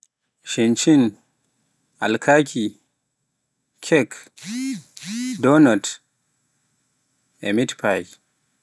shincin, alkaaki, kak donot, e mitfie,